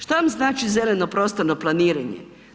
Što vam znači zeleno prostorno planiranje?